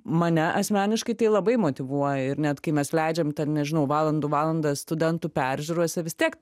mane asmeniškai tai labai motyvuoja ir net kai mes leidžiam tad nežinau valandų valandas studentų peržiūrose vis tiek